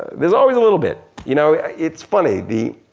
there's always a little bit. you know it's funny, the,